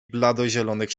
bladozielonych